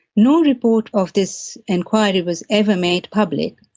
no report of this inquiry was ever made public.